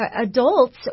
adults